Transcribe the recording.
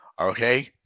okay